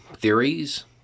theories